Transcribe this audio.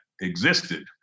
existed